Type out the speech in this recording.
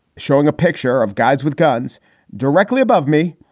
showing a picture of guys with guns directly above me.